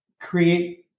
create –